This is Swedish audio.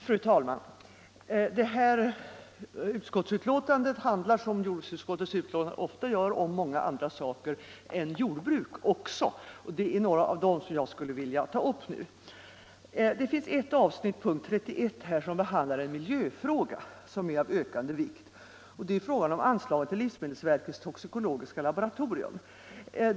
Fru talman! Detta utskottsbetänkande handlar, som jordbruksutskottets betänkanden ofta gör, också om många andra saker än jordbruk, och det är några av dem som jag skulle vilja ta upp nu. Det finns ett avsnitt i betänkandet, punkten 31, som behandlar en miljöfråga av ökande vikt, nämligen anslagen till livsmedelsverkets toxikologiska laboratorium.